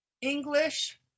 English